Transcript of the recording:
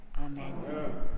Amen